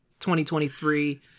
2023